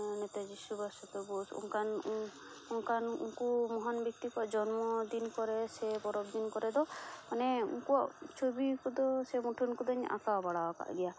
ᱱᱮᱛᱟᱡᱤ ᱥᱩᱵᱷᱟᱥ ᱪᱚᱱᱫᱨᱚ ᱵᱳᱥ ᱚᱱᱠᱟᱱ ᱚᱱᱠᱟᱱ ᱩᱱᱠᱩ ᱢᱚᱦᱟᱱ ᱵᱮᱠᱛᱤ ᱠᱚᱣᱟᱜ ᱡᱚᱱᱢᱚ ᱫᱤᱱ ᱠᱚᱨᱮ ᱥᱮ ᱯᱚᱨᱚᱵᱽ ᱫᱤᱱ ᱠᱚᱨᱮ ᱫᱚ ᱢᱟᱱᱮ ᱩᱱᱠᱩᱣᱟᱜ ᱪᱷᱚᱵᱤ ᱠᱚᱫᱚ ᱥᱮ ᱢᱩᱴᱷᱟᱹᱱ ᱠᱚᱫᱚᱧ ᱟᱠᱟᱣ ᱵᱟᱲᱟᱣ ᱟᱠᱟᱫ ᱜᱮᱭᱟ